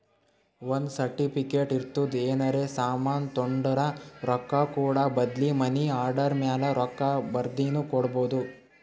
ಒಂದ್ ಸರ್ಟಿಫಿಕೇಟ್ ಇರ್ತುದ್ ಏನರೇ ಸಾಮಾನ್ ತೊಂಡುರ ರೊಕ್ಕಾ ಕೂಡ ಬದ್ಲಿ ಮನಿ ಆರ್ಡರ್ ಮ್ಯಾಲ ರೊಕ್ಕಾ ಬರ್ದಿನು ಕೊಡ್ಬೋದು